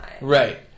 Right